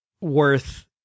worth